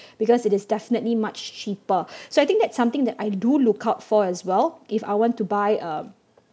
because it is definitely much cheaper so I think that's something that I do lookout for as well if I want to buy a